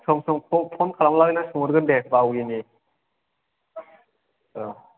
सम सम फ'न खालामनानै सोंहरगोन दे बाविनि औ